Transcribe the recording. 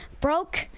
broke